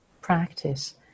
practice